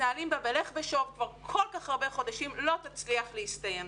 מתנהלים בה בלך ושוב כבר כל כך הרבה חודשים לא תצליח להסתיים.